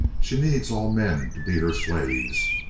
she needs all men to be her slaves,